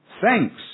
thanks